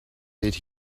did